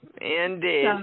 indeed